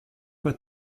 pas